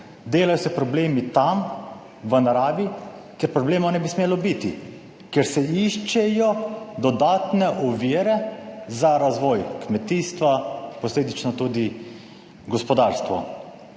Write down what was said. Delajo se problemi tam v naravi, kjer problema ne bi smelo biti, ker se iščejo dodatne ovire za razvoj kmetijstva, posledično tudi gospodarstvo.